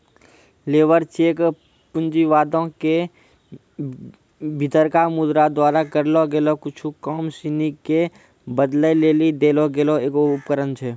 labour cheque पूँजीवादो के भीतरका मुद्रा द्वारा करलो गेलो कुछु काम सिनी के बदलै लेली देलो गेलो एगो उपकरण छै